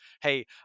hey